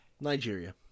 Nigeria